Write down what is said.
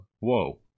Whoa